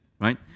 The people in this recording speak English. right